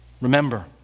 Remember